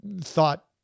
thought